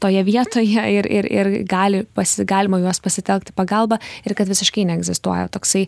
toje vietoje ir ir ir gali pasi galima juos pasitelkt į pagalbą ir kad visiškai neegzistuoja toksai